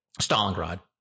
Stalingrad